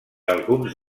alguns